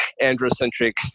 androcentric